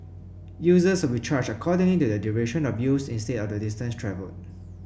users will be charged according to the duration of use instead of the distance travelled